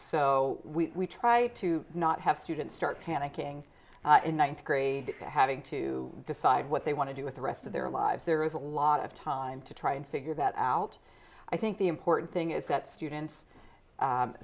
o we try to not have students start panicking in one to grade having to decide what they want to do with the rest of their lives there is a lot of time to try and figure that out i think the important thing is that students